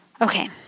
Okay